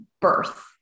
birth